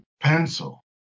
pencil